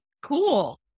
cool